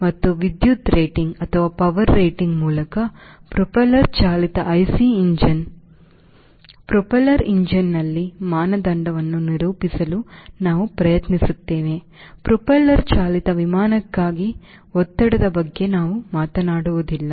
ಮತ್ತು ವಿದ್ಯುತ್ ರೇಟಿಂಗ್ ಮೂಲಕ ಪ್ರೊಪೆಲ್ಲರ್ ಚಾಲಿತ ಐಸಿ ಎಂಜಿನ್ ಚಾಲಿತ ಪ್ರೊಪೆಲ್ಲರ್ ಎಂಜಿನ್ನಲ್ಲಿ ಮಾನದಂಡವನ್ನು ನಿರೂಪಿಸಲು ನಾವು ಪ್ರಯತ್ನಿಸುತ್ತೇವೆ ಪ್ರೊಪೆಲ್ಲರ್ ಚಾಲಿತ ವಿಮಾನಕ್ಕಾಗಿ ಒತ್ತಡದ ಬಗ್ಗೆ ನಾವು ಮಾತನಾಡುವುದಿಲ್ಲ